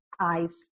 eyes